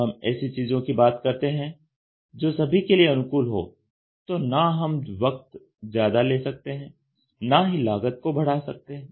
जब हम ऐसी चीजों की बात करते हैं जो सभी के लिए अनुकूल हो तो ना हम वक्त ज्यादा ले सकते हैं ना ही लागत को बढ़ा सकते हैं